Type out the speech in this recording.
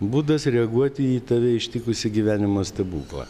būdas reaguoti į tave ištikusį gyvenimo stebuklą